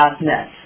.NET